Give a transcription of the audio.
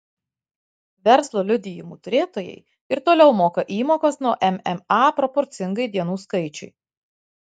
verslo liudijimų turėtojai ir toliau moka įmokas nuo mma proporcingai dienų skaičiui